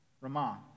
Ramah